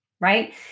right